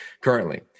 currently